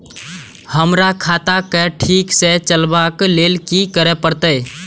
हमरा खाता क ठीक स चलबाक लेल की करे परतै